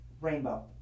Rainbow